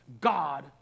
God